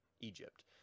egypt